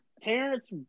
Terrence